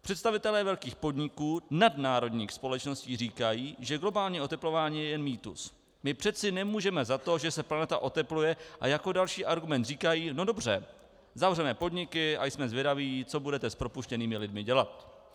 Představitelé velkých podniků, nadnárodních společností říkají, že globální oteplování je jen mýtus, my přeci nemůžeme za to, že se planeta otepluje, a jako další argument říkají no dobře, zavřeme podniky a jsme zvědaví, co budete s propuštěnými lidmi dělat.